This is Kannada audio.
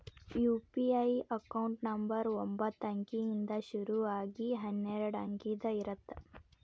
ಯು.ಪಿ.ಐ ಅಕೌಂಟ್ ನಂಬರ್ ಒಂಬತ್ತ ಅಂಕಿಯಿಂದ್ ಶುರು ಆಗಿ ಹನ್ನೆರಡ ಅಂಕಿದ್ ಇರತ್ತ